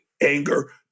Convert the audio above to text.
anger